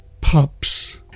pups